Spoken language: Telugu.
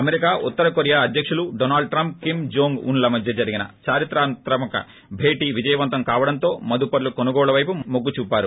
అమెరికా ఉత్తరకొరియా అధ్యకులు డొనాల్డ్ ట్రంప్ కిమ్ జోంగ్ ఉన్ల మధ్య జరిగిన దారిత్రాత్మక భేటీ విజయవంతం కావడంతో మదపర్లు కొనుగోళ్ల వైపు మొగ్గు చూపారు